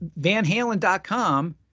VanHalen.com